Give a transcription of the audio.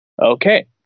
Okay